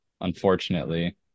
unfortunately